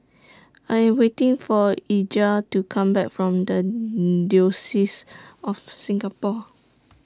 I Am waiting For Eligah to Come Back from The Diocese of Singapore